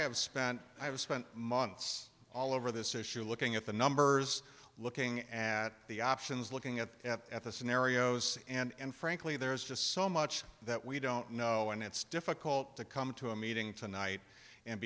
have spent i have spent months all over this issue looking at the numbers looking at the options looking at at the scenarios and frankly there's just so much that we don't know and it's difficult to come to a meeting tonight and